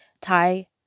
Thai